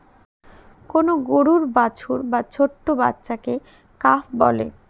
কোন গরুর বাছুর বা ছোট্ট বাচ্চাকে কাফ বলে